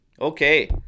Okay